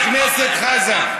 חבר הכנסת חזן.